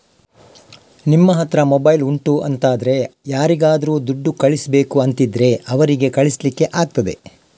ನಿಮ್ಮ ಹತ್ರ ಮೊಬೈಲ್ ಉಂಟು ಅಂತಾದ್ರೆ ಯಾರಿಗಾದ್ರೂ ದುಡ್ಡು ಕಳಿಸ್ಬೇಕು ಅಂತಿದ್ರೆ ಅವರಿಗೆ ಕಳಿಸ್ಲಿಕ್ಕೆ ಆಗ್ತದೆ